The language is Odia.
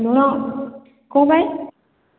ଲୁଣ କ'ଣ ପାଇଁ